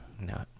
No